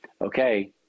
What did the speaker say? okay